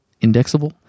indexable